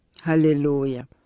Hallelujah